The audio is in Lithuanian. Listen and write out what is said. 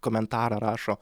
komentarą rašo